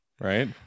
Right